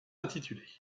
intitulé